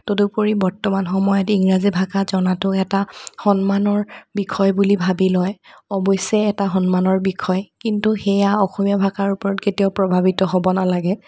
তদুপৰি বৰ্তমান সময়ত ইংৰাজী ভাষা জনাতো এটা সন্মানৰ বিষয় বুলি ভাবি লয় অৱশ্যে এটা সন্মানৰ বিষয় কিন্তু সেয়া অসমীয়া ভাষাৰ ওপৰত কেতিয়াও প্ৰভাৱিত হ'ব নালাগে